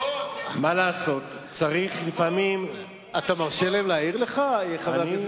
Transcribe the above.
אתה מרשה להם להעיר לך, חבר הכנסת זאב?